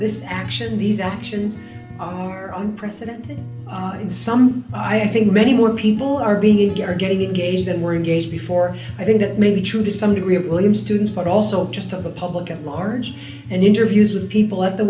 this action these actions are unprecedented in some i think many more people are being together getting engaged and were engaged before i think it may be true to some degree of william students but also just to the public at large and interviews with people at the